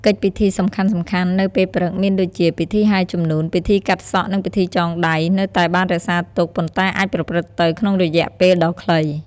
កិច្ចពិធីសំខាន់ៗនៅពេលព្រឹកមានដូចជា ពិធីហែជំនូន ពិធីកាត់សក់ និងពិធីចងដៃ នៅតែបានរក្សាទុក ប៉ុន្តែអាចប្រព្រឹត្តទៅក្នុងរយៈពេលដ៏ខ្លី។